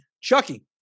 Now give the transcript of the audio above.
Chucky